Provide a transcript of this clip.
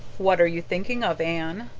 what are you thinking of, anne?